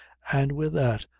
and, with that,